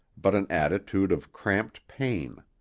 but an attitude of cramped pain.